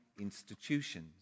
institutions